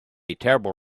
terrible